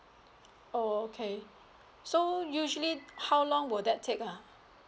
oh okay so usually how long will that take ah